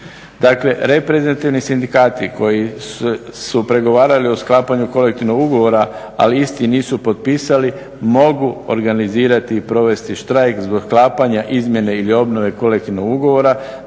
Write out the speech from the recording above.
Dakle, reprezentativni sindikati koji su pregovarali o sklapanju kolektivnog ugovora ali isti nisu potpisali mogu organizirati i provesti štrajk zbog sklapanja izmjene ili obnove kolektivnog ugovora